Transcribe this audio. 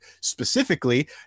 specifically